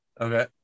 Okay